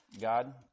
God